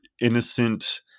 innocent